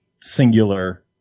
singular